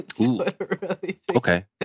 Okay